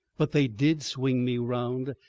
but they did swing me round.